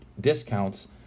discounts